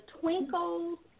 twinkle